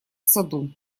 саду